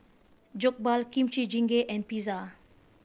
Jokbal Kimchi Jjigae and Pizza